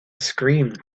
screamed